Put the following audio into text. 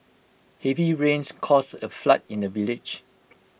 heavy rains caused A flood in the village